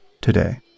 today